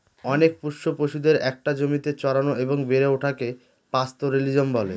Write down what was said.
অনেক পোষ্য পশুদের একটা জমিতে চড়ানো এবং বেড়ে ওঠাকে পাস্তোরেলিজম বলে